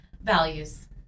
Values